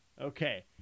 Okay